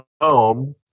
home